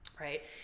right